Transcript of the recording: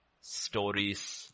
stories